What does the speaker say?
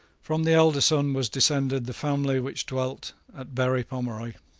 from the elder son was descended the family which dwelt at berry pomeroy.